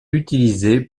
utilisé